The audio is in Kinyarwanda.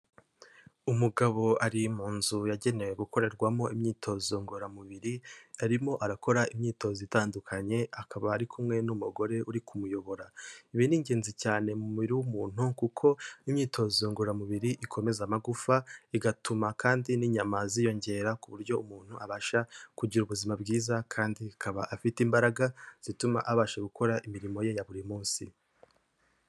Umugabo ari mu nzu yagenewe gukorerwamo imyitozo ngororamubiri, arimo arakora imyitozo itandukanye, akaba ari kumwe n'umugore uri kumuyobora, ibi ni ingenzi cyane mu mubiri w'umuntu, kuko imyitozo ngororamubiri ikomeza amagufa, igatuma kandi n'inyama ziyongera ku buryo umuntu abasha kugira ubuzima bwiza, kandi ikaba afite imbaraga zituma abasha gukora imirimo ye ya buri munsi.